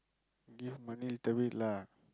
give money little bit lah